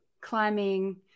climbing